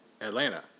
Atlanta